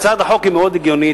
הצעת החוק היא מאוד הגיונית,